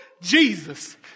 Jesus